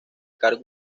carl